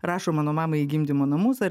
rašo mano mamai į gimdymo namus ar